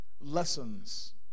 lessons